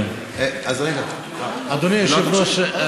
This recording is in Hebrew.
אדוני היושב-ראש,